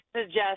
suggest